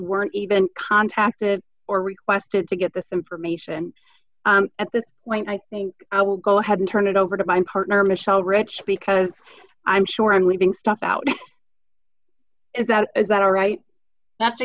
weren't even contacted or requested to get this information at this point i think i will go ahead and turn it over to my partner michel rich because i'm sure i'm leaving stuff out is that is that all right